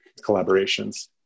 collaborations